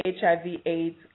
HIV-AIDS